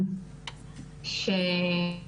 מתכנסות סביב איזו מצלמה במקלט,